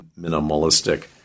minimalistic